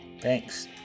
Thanks